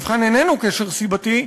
המבחן איננו קשר סיבתי,